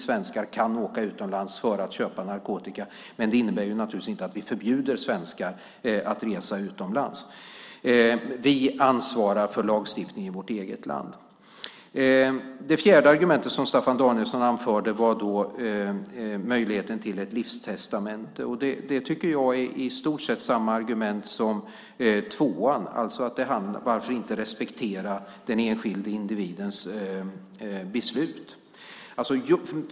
Svenskar kan åka utomlands för att köpa narkotika, men detta innebär naturligtvis inte att vi förbjuder svenskar att resa utomlands. Vi ansvarar för lagstiftningen i vårt eget land. Det fjärde argumentet som Staffan Danielsson anförde var möjligheten till ett livstestamente, och det tycker jag är i stort sett samma argument som tvåan - varför inte respektera den enskilda individens beslut?